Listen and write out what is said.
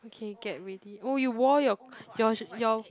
okay get ready oh you wore your your your